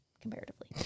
comparatively